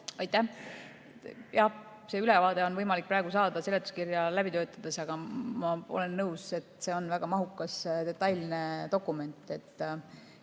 Aitäh! Jah, seda ülevaadet on võimalik praegu saada seletuskirja läbi töötades, aga ma olen nõus, et see on väga mahukas detailne dokument.